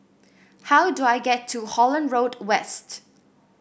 how do I get to Holland Road West